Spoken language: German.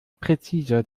präzise